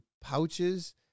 pouches